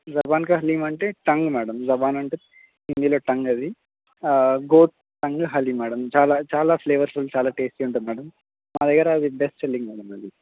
జాబాన్కా హలీమంటే tongue madam జాబాన్ అంటే హిందీలో టంగ్ అది గోట్ టంగ్ హలీమ్ మేడం చాలా చాలా ఫ్లేవర్స్ చాలా టేస్టీ ఉంటుంది మేడం మా దగ్గర అది బెస్ట్ సెల్లింగ్ మేడం అది